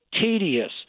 tedious